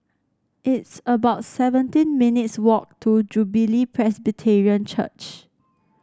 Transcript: it's about seventeen minutes' walk to Jubilee Presbyterian Church